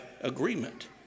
agreement